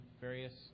various